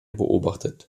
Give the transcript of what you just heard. beobachtet